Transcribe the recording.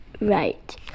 Right